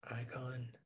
icon